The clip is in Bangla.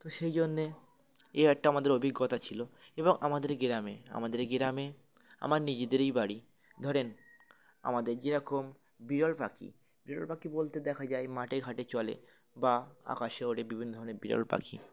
তো সেই জন্যে এ একটা আমাদের অভিজ্ঞতা ছিল এবং আমাদের গ্রামে আমাদের গ্রামে আমার নিজেদেরই বাড়ি ধরেন আমাদের যেরকম বিরল পাখি বিরল পাখি বলতে দেখা যায় মাঠে ঘাটে চলে বা আকাশে ওড়ে বিভিন্ন ধরনের বিরল পাখি